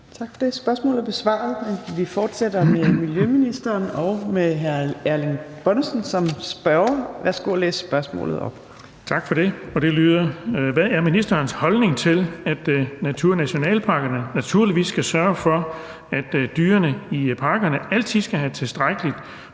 Tak for det. Spørgsmålet er besvaret. Vi fortsætter med miljøministeren og hr. Erling Bonnesen som spørger. Kl. 15:25 Spm. nr. S 1379 (omtrykt) 21) Til miljøministeren af: Erling Bonnesen (V): Hvad er ministerens holdning til, at naturnationalparkerne naturligvis skal sørge for, at dyrene i parkerne altid skal have tilstrækkeligt